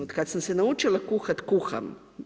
Od kad sam se naučila kuhat, kuham.